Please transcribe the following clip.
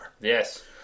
Yes